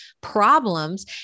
problems